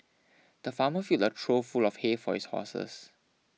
the farmer filled a trough full of hay for his horses